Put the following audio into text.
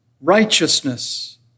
righteousness